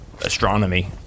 astronomy